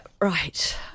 Right